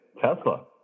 Tesla